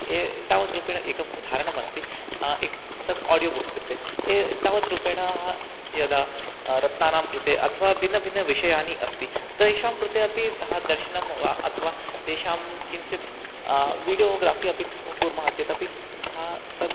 एतावत् रूपेण एकम् उदाहरणम् अस्ति तत् आडियो बुक्स् कृते एतावत् रूपेण ह यदा रत्नानां कृते अथवा भिन्नभिन्नविषयानि अस्ति तेषां कृते अपि तथा दर्शनं वा अथवा तेषां किञ्चित् वीडियोग्राफ़ि अपि क् कुर्मः चेतपि त हा तत्